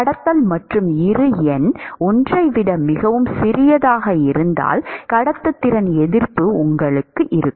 கடத்தல் மற்றும் இரு எண் 1 ஐ விட மிகவும் சிறியதாக இருந்தால் கடத்துத்திறன் எதிர்ப்பு உங்களுக்கு இருக்கும்